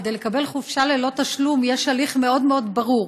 כדי לקבל חופשה ללא תשלום יש הליך מאוד מאוד ברור,